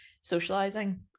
socializing